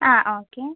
ആ ഓക്കെ